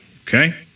okay